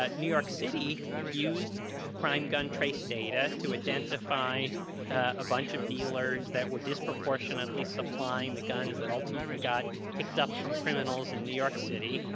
ah new york city used crime gun trace data to identify a bunch of dealers that were disproportionately supplying the guns that ultimately got picked up from criminals in new york city.